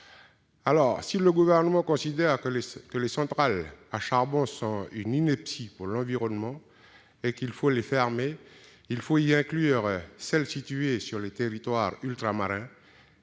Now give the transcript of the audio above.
Si le Gouvernement considère que les centrales à charbon sont une ineptie pour l'environnement et qu'il faut les fermer, il faut y inclure celles qui sont situées sur les territoires ultramarins